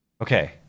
Okay